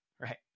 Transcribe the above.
Right